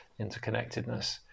interconnectedness